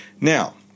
Now